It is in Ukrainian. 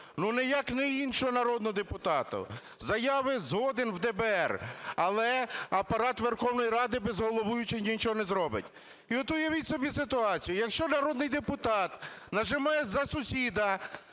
ну ніяк не іншого народного депутата. Заяви – згоден, в ДБР. Але Апарат Верховної Ради без головуючого нічого не зробить. І от уявіть собі ситуацію. Якщо народний депутат нажимає за сусіда,